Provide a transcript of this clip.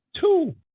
two